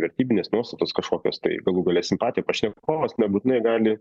vertybinės nuostatos kažkokios tai galų gale simpatija pašnekovas nebūtinai gali